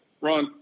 Ron